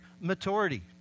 Maturity